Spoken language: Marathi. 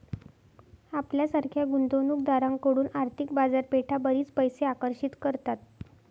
आपल्यासारख्या गुंतवणूक दारांकडून आर्थिक बाजारपेठा बरीच पैसे आकर्षित करतात